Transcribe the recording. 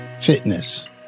fitness